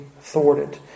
thwarted